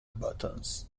buttons